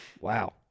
Wow